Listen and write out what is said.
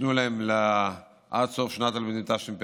וייתנו להם עד סוף שנת הלימודים התשפ"א,